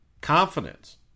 confidence